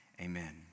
Amen